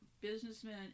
businessmen